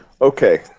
Okay